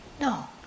No